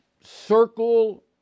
circle